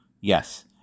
yes